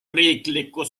riikliku